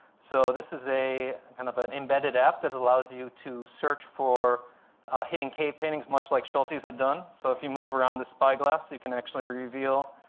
so this is a kind of an embedded app that allows you to search for hidden cave paintings, much like schultes had done. so if you move around the spyglass, you can actually reveal